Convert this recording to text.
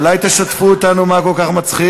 אולי תשתפו אותנו מה כל כך מצחיק?